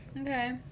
Okay